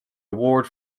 award